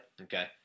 Okay